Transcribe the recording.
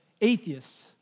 atheists